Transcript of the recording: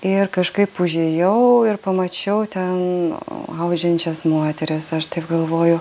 ir kažkaip užėjau ir pamačiau ten audžiančias moteris aš taip galvoju